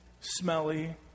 smelly